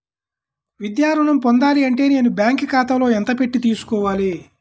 విద్యా ఋణం పొందాలి అంటే నేను బ్యాంకు ఖాతాలో ఎంత పెట్టి తీసుకోవాలి?